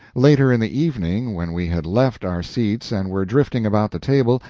later in the evening, when we had left our seats and were drifting about the table,